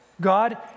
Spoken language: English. God